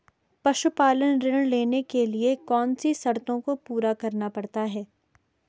पशुपालन ऋण लेने के लिए कौन सी शर्तों को पूरा करना पड़ता है?